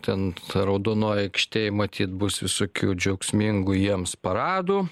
ten ta raudonoj aikštėj matyt bus visokių džiaugsmingų jiems paradų